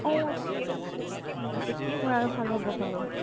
অঁ অঁ তাকেই কি কৰা ভাল হ'ব বাৰু